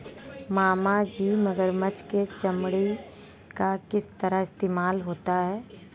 मामाजी मगरमच्छ के चमड़े का किस तरह इस्तेमाल होता है?